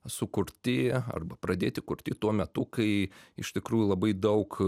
sukurti arba pradėti kurti tuo metu kai iš tikrųjų labai daug